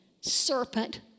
serpent